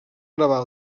gravar